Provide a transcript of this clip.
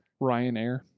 Ryanair